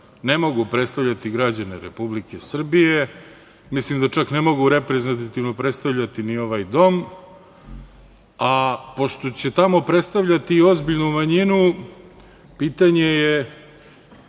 ne mogu predstavljati građane Republike Srbije, a mislim da čak ne mogu reprezentativno predstavljati ni ovaj dom, a pošto će tamo predstavljati ozbiljnu manjinu, pitanje je